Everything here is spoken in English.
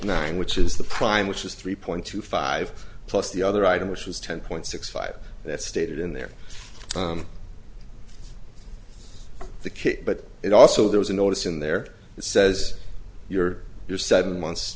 nine which is the prime which is three point two five plus the other item which was ten point six five that stated in there the kit but it also there was a notice in there that says you're you're suddenly months